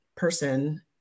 person